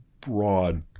broad